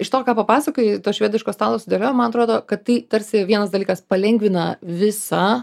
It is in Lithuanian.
iš to ką papasakojai to švediško stalo sudėliojimo man atrodo kad tai tarsi vienas dalykas palengvina visą